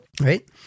Right